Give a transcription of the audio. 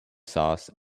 sauce